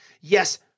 Yes